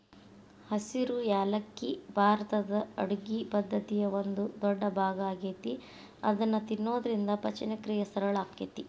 ಹಸಿರು ಯಾಲಕ್ಕಿ ಭಾರತದ ಅಡುಗಿ ಪದ್ದತಿಯ ಒಂದ ದೊಡ್ಡಭಾಗ ಆಗೇತಿ ಇದನ್ನ ತಿನ್ನೋದ್ರಿಂದ ಪಚನಕ್ರಿಯೆ ಸರಳ ಆಕ್ಕೆತಿ